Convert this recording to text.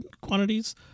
quantities